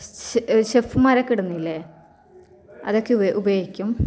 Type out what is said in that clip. സ് ഷെഫ്മാരൊക്കെ ഇടുന്നില്ലേ അതൊക്കെ ഉപയോ ഉപയോഗിക്കും